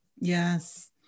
Yes